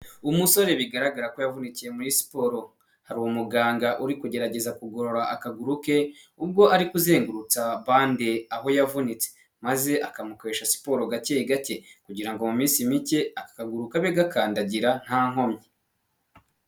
Umusore bigaragara ko yavunikiye muri siporo. Hari umuganga uri kugerageza kugorora akaguru ke, ubwo ari kuzengutsa bande aho yavunitse. Maze akamukoresha siporo gake gake, kugira ngo mu minsi mike aka kaguru kabe gakandagira nta nkomyi.